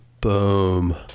Boom